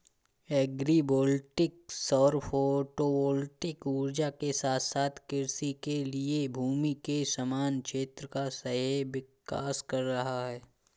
agri voltaic सौर photovoltaic ऊर्जा के साथ साथ कृषि के लिए भूमि के समान क्षेत्र का सह विकास कर रहा है